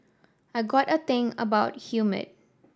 I got a thing about humid